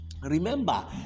Remember